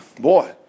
Boy